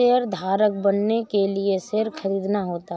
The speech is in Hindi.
शेयरधारक बनने के लिए शेयर खरीदना होता है